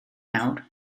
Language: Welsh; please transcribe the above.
nawr